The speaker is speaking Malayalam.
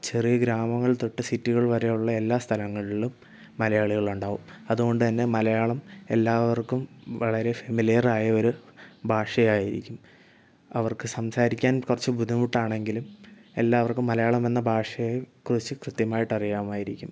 ചെറിയ ഗ്രാമങ്ങൾ തൊട്ട് സിറ്റികൾ വരെയുള്ള എല്ലാ സ്ഥലങ്ങളിലും മലയാളികളുണ്ടാവും അതോണ്ടന്നെ മലയാളം എല്ലാവർക്കും വളരെ ഫെമിലിയറായ ഒരു ഭാഷയായിരിക്കും അവർക്ക് സംസാരിക്കാൻ കുറച്ച് ബുദ്ധിമുട്ടാണെങ്കിലും എല്ലാവർക്കും മലയാളമെന്ന ഭാഷയെ കുറിച്ച് കൃത്യമായിട്ട് അറിയാമായിരിക്കും